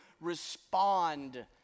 respond